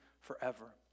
forever